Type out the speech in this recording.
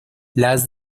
las